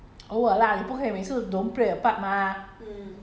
err working environment 你一定要 play a part mah